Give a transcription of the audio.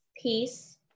peace